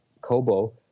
Kobo